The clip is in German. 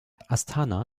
astana